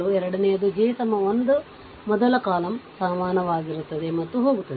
ಎರಡನೆಯದು j 1 ಮೊದಲ ಕಾಲಮ್ಗೆ ಸಮಾನವಾಗಿರುತ್ತದೆ ಮತ್ತು ಹೋಗುತ್ತದೆ